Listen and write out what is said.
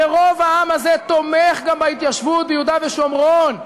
ורוב העם הזה תומך גם בהתיישבות ביהודה ושומרון,